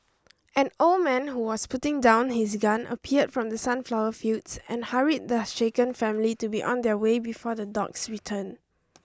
an old man who was putting down his gun appeared from the sunflower fields and hurried the shaken family to be on their way before the dogs return